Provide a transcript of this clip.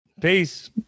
Peace